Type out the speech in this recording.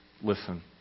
listen